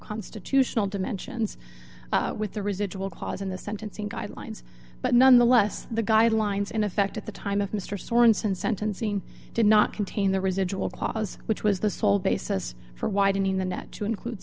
constitutional dimensions with the residual cause in the sentencing guidelines but nonetheless the guidelines in effect at the time of mr sorenson sentencing did not contain the residual clause which was the sole basis for widening the net to include